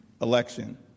election